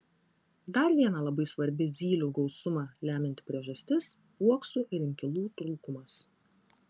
dar viena labai svarbi zylių gausumą lemianti priežastis uoksų ir inkilų trūkumas